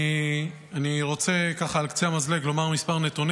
אני רוצה ככה, על קצה המזלג, לומר כמה נתונים,